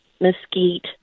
mesquite